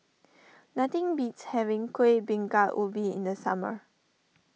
nothing beats having Kueh Bingka Ubi in the summer